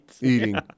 eating